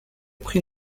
prix